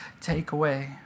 takeaway